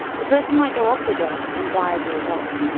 the person might go off the drug and die as a result.